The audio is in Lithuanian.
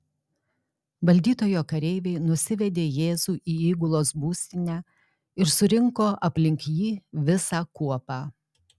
valdytojo kareiviai nusivedė jėzų į įgulos būstinę ir surinko aplink jį visą kuopą